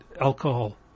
alcohol